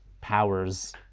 powers